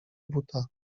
buta